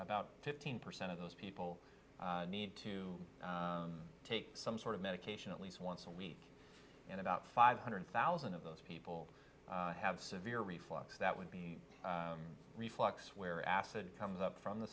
about fifteen percent of those people need to take some sort of medication at least once a week and about five hundred thousand of those people have severe reflux that would be reflux where acid comes up from the